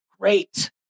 great